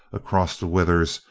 across the withers,